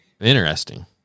Interesting